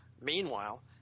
Meanwhile